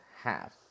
half